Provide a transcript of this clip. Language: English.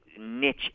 niche